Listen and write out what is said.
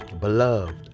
beloved